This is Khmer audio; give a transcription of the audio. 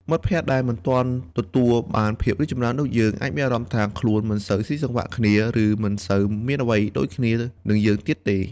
មិត្តភក្តិដែលមិនទាន់ទទួលបានភាពរីកចម្រើនដូចយើង អាចមានអារម្មណ៍ថាខ្លួនមិនសូវស៊ីចង្វាក់គ្នា ឬមិនសូវមានអ្វីដូចគ្នានឹងយើងទៀតទេ។